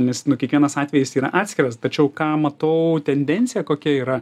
nes nu kiekvienas atvejis yra atskiras tačiau ką matau tendencija kokia yra